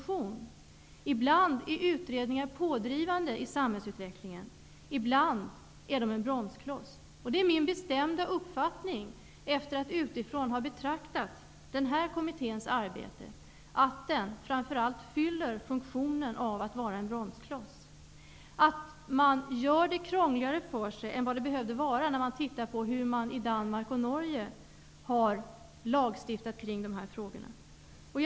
Ibland är utredningar pådrivande i samhällsutvecklingen, men ibland är de bromsklossar. Det är min bestämda uppfattning, efter att utifrån ha betraktat kommitténs arbete, att den framför allt fyller funktionen av att vara en bromskloss. Man gör det krångligare för sig än vad det behövde vara. Det framgår i ljuset av den lagstiftning som har genomförts i Danmark och i Norge.